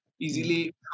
easily